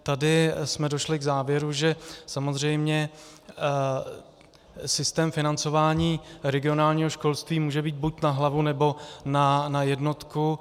Tady jsme došli k závěru, že samozřejmě systém financování regionálního školství může být buď na hlavu, nebo na jednotku.